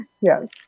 Yes